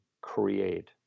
create